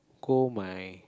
call my